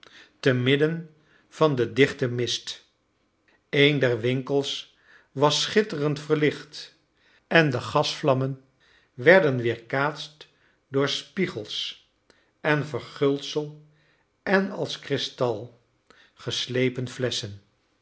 temidden van den dichten mist een der winkels was schitterend verlicht en de gasvlammen werden weerkaatst door spiegels en verguldsel en als kristal geslepen flesschen